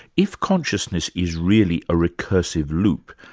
if consciousness is really a recursive loop,